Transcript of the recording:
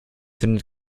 findet